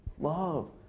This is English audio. love